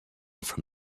from